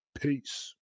Peace